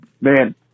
Man